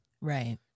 Right